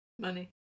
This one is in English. Money